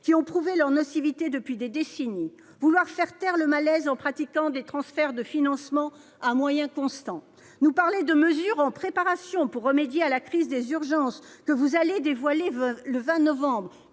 qui ont prouvé leur nocivité depuis des décennies, vouloir faire taire le malaise en pratiquant des transferts de financements à moyens constants, nous parler de mesures en préparation pour remédier à la crise des urgences, que vous ne dévoilerez que le 20 novembre